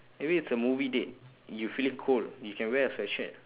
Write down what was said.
maybe it's a movie date you feeling cold you can wear a sweatshirt